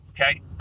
Okay